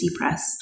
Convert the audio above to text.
Press